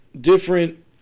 different